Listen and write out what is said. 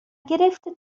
گرفته